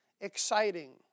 exciting